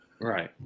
right